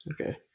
Okay